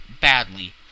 badly